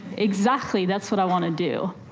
exactly, that's what i want to do.